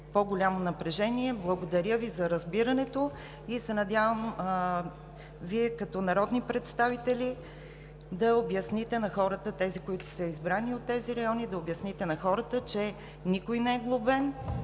по-голямо напрежение. Благодаря Ви за разбирането и се надявам Вие като народни представители, които сте избрани от тези райони, да обясните на хората, че никой не е глобен,